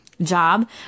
job